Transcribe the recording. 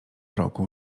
roku